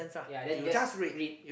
ya then you just read